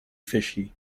fishy